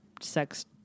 sex